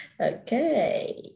Okay